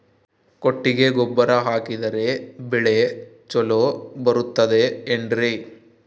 ಕೊಟ್ಟಿಗೆ ಗೊಬ್ಬರ ಹಾಕಿದರೆ ಬೆಳೆ ಚೊಲೊ ಬರುತ್ತದೆ ಏನ್ರಿ?